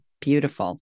Beautiful